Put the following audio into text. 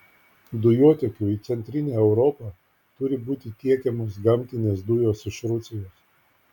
dujotiekiu į centrinę europą turi būti tiekiamos gamtinės dujos iš rusijos